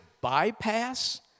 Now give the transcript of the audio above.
bypass